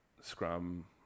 scrum